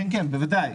בוודאי.